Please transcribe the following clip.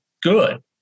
good